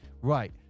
right